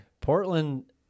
Portland